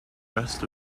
rest